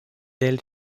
del